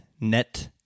Net